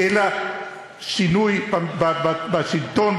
אלא שינוי בשלטון,